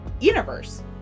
universe